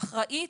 אחראית,